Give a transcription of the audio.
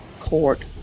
court